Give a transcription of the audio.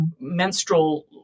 menstrual